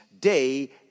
day